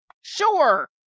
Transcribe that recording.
Sure